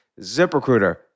Ziprecruiter